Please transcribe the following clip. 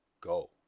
go